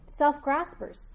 self-graspers